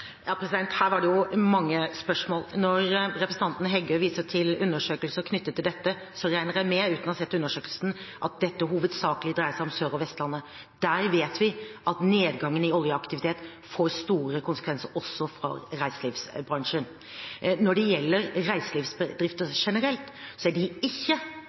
Her var det mange spørsmål. Når representanten Heggø viser til undersøkelser knyttet til dette, regner jeg med – uten å ha sett undersøkelsen – at dette hovedsakelig dreier seg om Sør- og Vestlandet. Der vet vi at nedgangen i oljeaktivitet får store konsekvenser også for reiselivsbransjen. Når det gjelder reiselivsbedrifter generelt, er de ikke